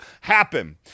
happen